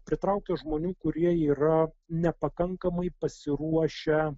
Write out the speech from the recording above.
pritraukia žmonių kurie yra nepakankamai pasiruošę